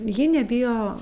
ji nebijo